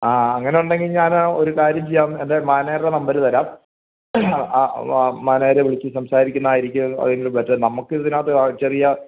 ആ അങ്ങനെയുണ്ടെങ്കി ഞാന് ഒരു കാര്യം ചെയ്യാം എൻ്റെ മാനേജരുടെ നമ്പര് തരാം ആ ആ മാനേജറെ വിളിച്ച് സംസാരിക്കുന്നതായിരിക്കുമല്ലോ അതിന് ബെറ്റർ നമ്മള്ക്കിതിനാത്ത് ചെറിയ